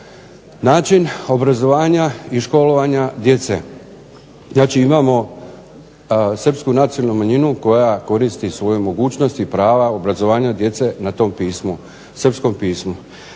način obrazovanja i školovanja djece. Znači imamo srpsku nacionalnu manjinu koja koristi svoje mogućnosti i prava obrazovanja djece na tom pismu, srpskom pismu.